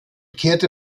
kehrte